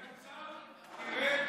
יואב,